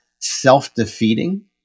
self-defeating